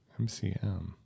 MCM